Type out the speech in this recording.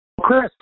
Chris